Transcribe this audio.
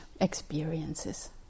experiences